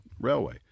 railway